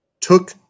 took